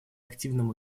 активном